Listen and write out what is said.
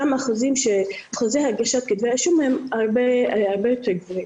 שם אחוזי הגשת כתבי האישום הם הרבה יותר גבוהים.